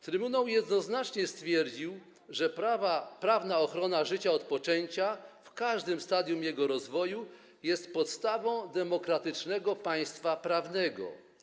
Trybunał jednoznacznie stwierdził, że prawna ochrona życia od poczęcia w każdym stadium jego rozwoju jest podstawą demokratycznego państwa prawnego.